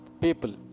People